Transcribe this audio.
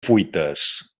fuites